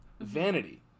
vanity